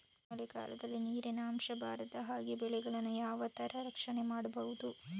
ಮಳೆಗಾಲದಲ್ಲಿ ನೀರಿನ ಅಂಶ ಬಾರದ ಹಾಗೆ ಬೆಳೆಗಳನ್ನು ಯಾವ ತರ ರಕ್ಷಣೆ ಮಾಡ್ಬಹುದು?